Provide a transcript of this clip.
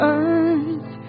earth